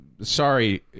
sorry